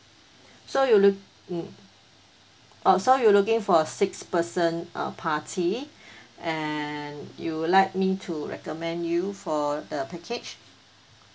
so you look~ mm orh so you looking for a six person uh party and you'll like me to recommend you for the package